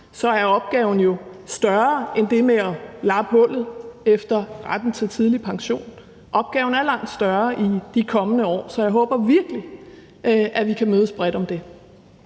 er opgaven jo større end det med at lappe hullet efter retten til tidlig pension. Opgaven er langt større i de kommende år, så jeg håber virkelig, at vi kan mødes bredt om det.